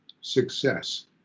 success